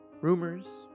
rumors